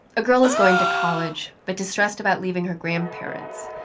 a girl is going to college but distressed about leaving her grandparents.